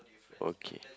okay